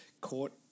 court